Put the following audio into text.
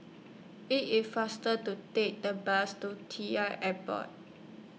IT IS faster to Take The Bus to T L Airport